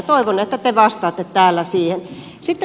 toivon että te vastaatte täällä siihen